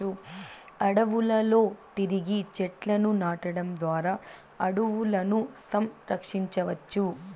అడవులలో తిరిగి చెట్లను నాటడం ద్వారా అడవులను సంరక్షించవచ్చు